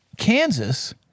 Kansas